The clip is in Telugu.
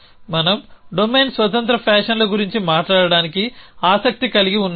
మనం డొమైన్ స్వతంత్ర ఫ్యాషన్ల గురించి మాట్లాడటానికి ఆసక్తి కలిగి ఉన్నాము